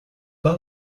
par